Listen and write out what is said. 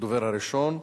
הדובר הראשון.